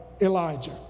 Elijah